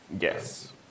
Yes